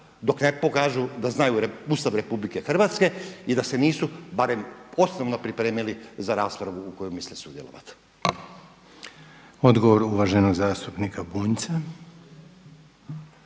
dok ne pokažu da znaju Ustav RH i da se nisu barem osnovno pripremili za raspravu u kojoj misle sudjelovati. **Reiner, Željko (HDZ)** Odgovor uvaženog zastupnika Bunjca.